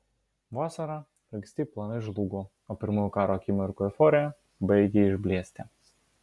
vasarą regzti planai žlugo o pirmųjų karo akimirkų euforija baigė išblėsti